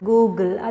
Google